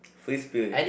free spirit